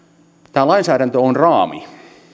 tämä lainsäädäntö on raami